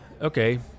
okay